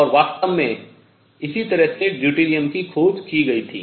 और वास्तव में इसी तरह से ड्यूटेरियम की खोज की गई थी